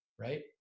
Right